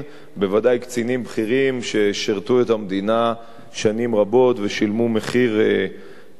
בוודאי קצינים בכירים ששירתו את המדינה שנים רבות ושילמו מחיר כבד,